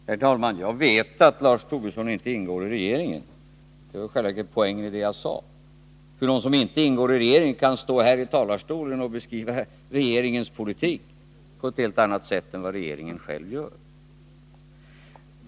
Herr talman! Jag vet att Lars Tobisson inte ingår i regeringen. Det var i själva verket poängen i det jag sade. Hur kan någon som inte ingår i regeringen stå här i talarstolen och beskriva regeringens politik på ett helt annat sätt än vad regeringen själv gör?